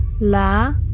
la